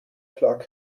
clock